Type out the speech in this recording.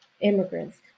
immigrants